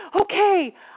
okay